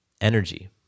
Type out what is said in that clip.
energy